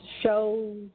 shows